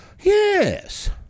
yes